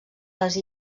les